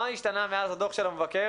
מה השתנה מאז הדוח של המבקר?